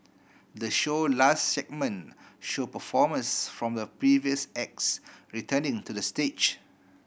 the show last segment show performers from the previous acts returning to the stage